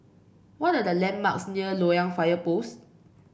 what are the landmarks near Loyang Fire Post